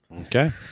Okay